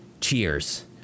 Cheers